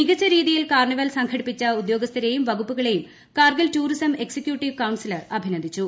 മികച്ച രീതിയിൽ കാർണിവൽ സംഘടിപ്പിച്ച ഉദ്യോഗസ്ഥരെയും വകുപ്പുകളെയും കാർഗിൽ ടൂറിസം എക്സിക്യൂട്ടീവ് കൌൺസിലർ അഭിനന്ദിച്ചു